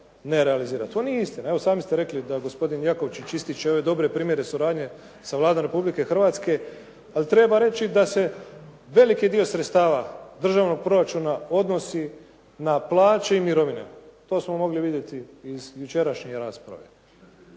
To nije istina. Evo, sami ste rekli da gospodin Jakovčić ističe ove dobre primjere suradnje sa Vladom Republike Hrvatske, ali treba reći da se veliki dio sredstava državnog proračuna odnosi na plaće i mirovine. To smo mogli vidjeti iz jučerašnje rasprave.